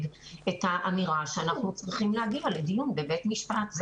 את האמירה שאנחנו צריכים להגיע לדיון בבית משפט.